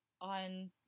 on